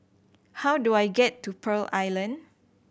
how do I get to Pearl Island